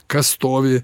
kas stovi